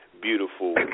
beautiful